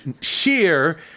sheer